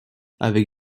avec